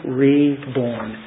reborn